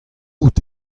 out